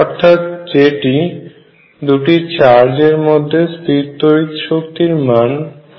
অর্থাৎ যেটি দুটি চার্জ এর মধ্যে স্থিরতড়িৎ শক্তির মান হয়